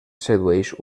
sedueix